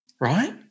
Right